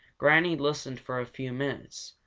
granny listened for a few minutes.